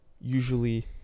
usually